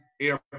air